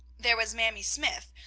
there was mamie smythe,